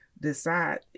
decide